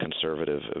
conservative